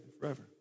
forever